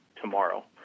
tomorrow